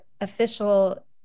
official